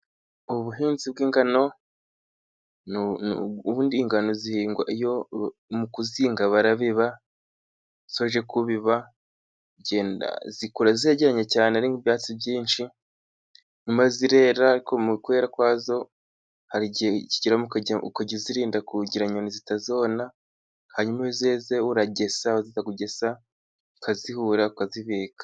Ubuhinzi bw'ingano. Ubundi ingano zihingwa mu kuzinga barabiba iyo usoje kubiba ,zigwa zegeranye cyane n'ibyatsi byinshi nyuma zirera mu kwera kwazo hari igihe ukajya uzirinda kugira ngo inyoni zitazona hanyuma zeze, uragesa warangiza kugesa, ukazihura ukazibika.